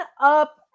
up